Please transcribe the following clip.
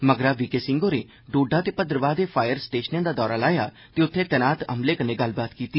मगरा V K Singh होरें डोडा ते श्रदवाह दे फायर स्टेशनै दा दौरा लाया ते उत्थे तैनात अमले कन्नै गल्लबात कीती